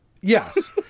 Yes